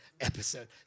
episode